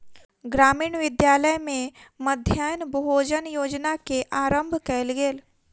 ग्रामीण विद्यालय में मध्याह्न भोजन योजना के आरम्भ कयल गेल